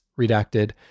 redacted